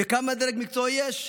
וכמה דרג מקצועי יש?